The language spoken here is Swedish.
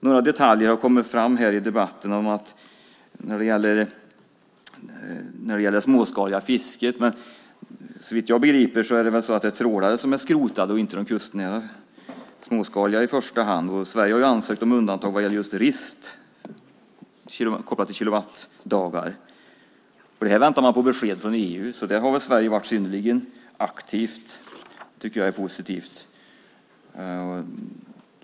Några detaljer har kommit fram här i debatten när det gäller det småskaliga fisket, men såvitt jag begriper är det väl trålare som är skrotade vilket inte påverkar det kustnära, småskaliga fisket i första hand. Sverige har ansökt om undantag vad gäller just rist, kopplat till kilowattdagar. I den frågan väntar man på besked från EU, så där har Sverige varit synnerligen aktivt. Det tycker jag är positivt.